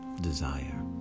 desire